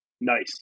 Nice